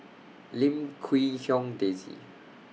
Lim Quee Hong Daisy